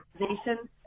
organization